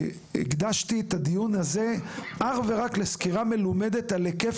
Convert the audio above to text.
הקדשתי את הדיון הזה אך ורק לסקירה מלומדת על היקף